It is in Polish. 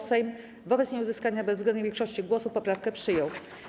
Sejm wobec nieuzyskania bezwzględnej większości głosów poprawkę przyjął.